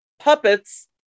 puppets